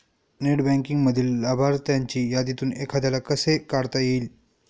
Net बँकिंगमधील लाभार्थ्यांच्या यादीतून एखाद्याला कसे काढता येईल?